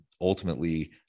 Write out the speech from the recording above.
Ultimately